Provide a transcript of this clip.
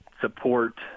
support